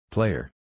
Player